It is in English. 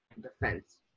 defense